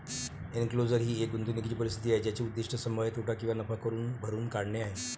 enclosure ही एक गुंतवणूकीची परिस्थिती आहे ज्याचे उद्दीष्ट संभाव्य तोटा किंवा नफा भरून काढणे आहे